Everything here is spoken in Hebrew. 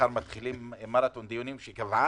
מתחילים מרתון דיונים שקבעה.